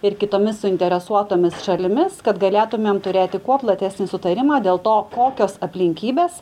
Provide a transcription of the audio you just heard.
ir kitomis suinteresuotomis šalimis kad galėtumėm turėti kuo platesnį sutarimą dėl to kokios aplinkybės